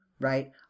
right